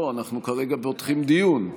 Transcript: לא, אנחנו כרגע פותחים דיון.